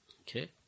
Okay